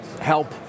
help